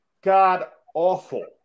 god-awful